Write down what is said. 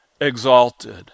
exalted